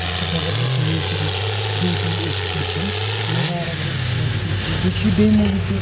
ییٚتہِ چھِ زبردست نیچرٕچۍ بیٛوٗٹی أسۍ وچھان نظارٕ اگرے وچھِنۍ آسیٚن تِم چھِ ییٚتہِ بیٚیہِ چھِ یہِ بیٛیہِ موٗجوٗب تہِ